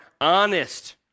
honest